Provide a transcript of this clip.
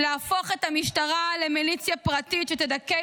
להפוך את המשטרה למיליציה פרטית שתדכא